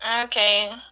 Okay